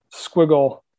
squiggle